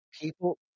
People